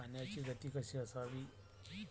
पाण्याची गती कशी असावी?